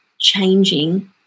changing